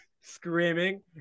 screaming